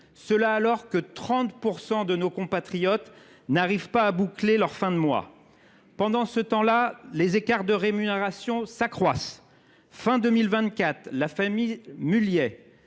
quand 30 % de nos compatriotes n’arrivent pas à boucler leurs fins de mois ! Pendant ce temps, les écarts de rémunération s’accroissent. À la fin de 2024, la famille Mulliez